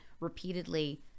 repeatedly